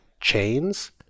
chains